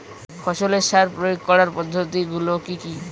ফসলের সার প্রয়োগ করার পদ্ধতি গুলো কি কি?